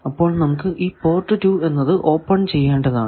അപ്പോൾ നമുക്ക് ഈ പോർട്ട് 2 എന്നത് ഓപ്പൺ ചെയ്യേണ്ടതാണ്